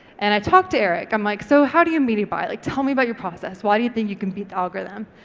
and i talked to eric. i'm like, so how do you media buy? like tell me about your process. why do you think you can beat the algorithm?